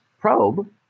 probe